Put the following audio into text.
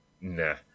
nah